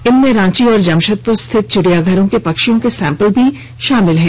इनमें रांची और जमशेदपुर स्थित चिड़ियाघरों के पक्षियों के सैम्पल भी शामिल हैं